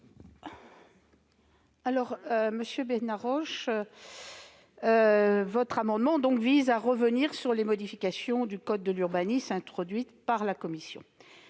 Monsieur Benarroche, votre amendement vise à revenir sur les modifications du code de l'urbanisme introduites par la commission.